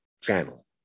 channel